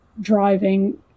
driving